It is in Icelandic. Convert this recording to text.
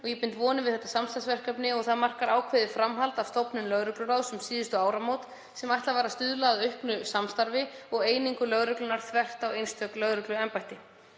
Ég bind vonir við þetta samstarfsverkefni og það markar ákveðið framhald af stofnun lögregluráðs um síðustu áramót sem ætlað var að stuðla að auknu samstarfi og einingu lögreglunnar þvert á einstök lögregluembætti.